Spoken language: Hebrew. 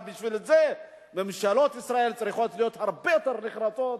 אבל בשביל זה ממשלות ישראל צריכות להיות הרבה יותר נחרצות,